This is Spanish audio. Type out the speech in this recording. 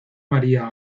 maría